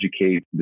educate